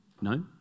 No